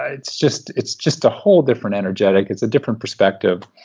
ah it's just it's just a whole different energetic. it's a different perspective.